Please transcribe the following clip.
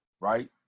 right